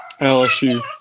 LSU